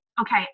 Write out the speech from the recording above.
okay